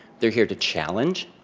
they're here to challenge